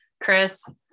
Chris